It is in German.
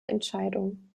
entscheidung